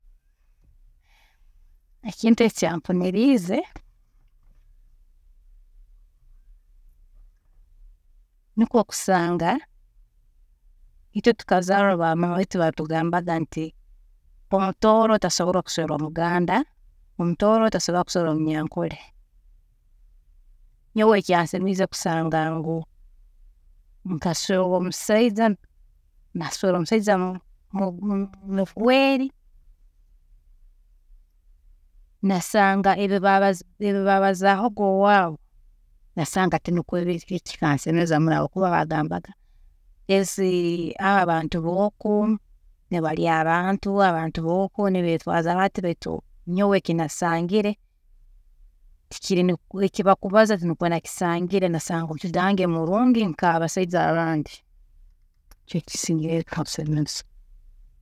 ﻿Ekintu ekyampuniriize, nikwe kusanga itwe tukazarwa ba maama baitu batugambaga nti omutooro tasobola kuswerwa muganda, omutooro tasobola kuswerwa omunyankore, nyowe ekyanseemiize kusanga ngu nkaswerwa omusaija naswerwa omusaija mu- mugweeri, nasanga ebi baabaza ebibaabazaahoga owaabu, nasanga tinikwe biri biti, eki kikansemeza muno habwokuba baagambaga ensi, abo abantu boku, nibarya abantu, abo abantu boku nibeetwaaza bati baitu nyowe ekinasangire, tikiri nikyo, eki bakubaza tinikyo nasangire nkasanga omusaija wange murungi nk'abasaija nk'abandi, nikyo kisingireyo kikansemeza.